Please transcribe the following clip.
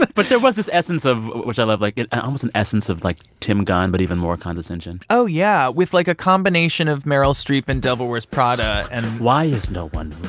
but but there was this essence of which i love like, almost an essence of, like, tim gunn but even more condescension oh, yeah, with, like, a combination of meryl streep in devil wears prada and. why is no one